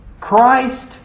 Christ